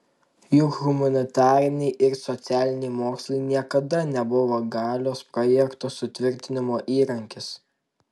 juk humanitariniai ir socialiniai mokslai niekada nebuvo galios projekto sutvirtinimo įrankis